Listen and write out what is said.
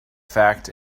fact